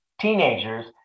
teenagers